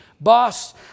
Boss